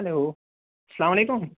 hello سلام علیکُم